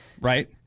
right